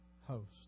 host